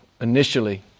initially